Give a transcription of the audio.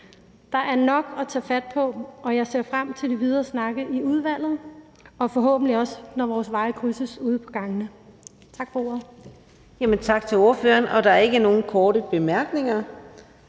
Der er nok at tage fat på, og jeg ser frem til de videre snakke i udvalget og forhåbentlig også, når vores veje krydses ude på gangene. Tak for ordet. Kl. 19:12 Fjerde næstformand